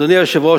אדוני היושב-ראש,